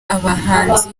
abahanzi